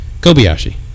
Kobayashi